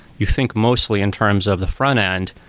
you think mostly in terms of the front-end,